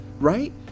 right